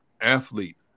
athlete